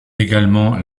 également